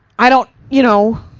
i don't, you know,